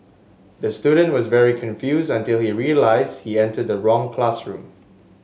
the student was very confused until he realised he entered the wrong classroom